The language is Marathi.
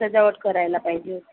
सजावट करायला पाहिजे होती